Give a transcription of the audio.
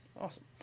awesome